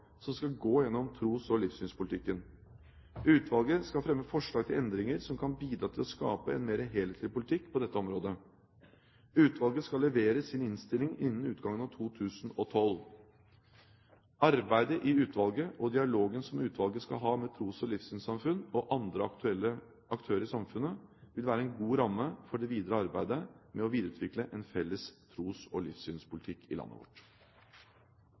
som skal gå gjennom tros- og livssynspolitikken. Utvalget skal fremme forslag til endringer som kan bidra til å skape en mer helhetlig politikk på dette området. Utvalget skal levere sin innstilling innen utgangen av 2012. Arbeidet i utvalget og dialogen som utvalget skal ha med tros- og livssynssamfunn og andre aktuelle aktører i samfunnet, vil være en god ramme for det videre arbeidet med å videreutvikle en felles tros- og livssynspolitikk i landet vårt.